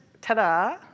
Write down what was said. ta-da